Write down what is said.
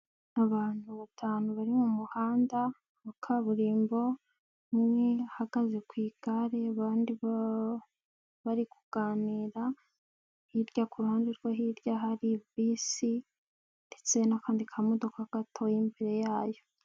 Abantu batanu bari mu muhanda wa kaburimbo, umwe uhagaze ku igare abandi bari kuganira, hirya ku ruhande rwo hirya hari bisi ndetse n'akandi kamodoka gatoya imbere yayo.